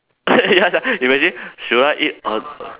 ya sia imagine should I eat a